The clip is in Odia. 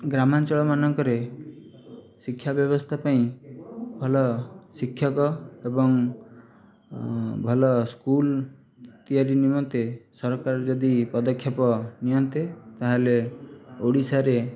ଗ୍ରାମାଞ୍ଚଳମାନଙ୍କରେ ଶିକ୍ଷା ବ୍ୟବସ୍ଥା ପାଇଁ ଭଲ ଶିକ୍ଷକ ଏବଂ ଭଲ ସ୍କୁଲ୍ ତିଆରି ନିମନ୍ତେ ସରକାର ଯଦି ପଦକ୍ଷେପ ନିଅନ୍ତେ ତା'ହେଲେ ଓଡ଼ିଶାରେ